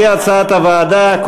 כהצעת הוועדה,